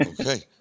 Okay